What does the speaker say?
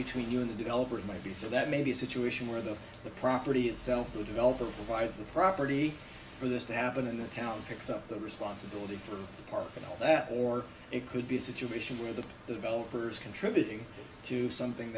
between you and the developers might be so that maybe a situation where the the property itself the developer provides the property for this to happen in the town picks up the responsibility for the park and all that or it could be a situation where the developers contributing to something